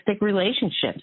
relationships